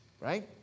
Right